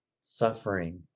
Suffering